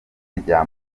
rya